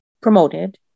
promoted